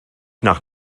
nach